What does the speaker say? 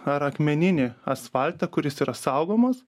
ar akmeninį asfaltą kuris yra saugomas